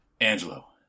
Angelo